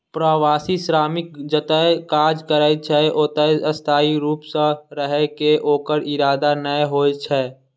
प्रवासी श्रमिक जतय काज करै छै, ओतय स्थायी रूप सं रहै के ओकर इरादा नै होइ छै